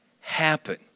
happen